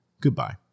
Goodbye